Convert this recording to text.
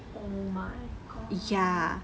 oh my god